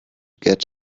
get